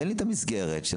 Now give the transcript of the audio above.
תן לי את המסגרת שנתת,